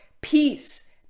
peace